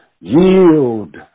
yield